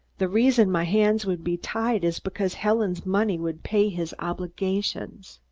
the reason my hands would be tied is because helen's money would pay his obligations.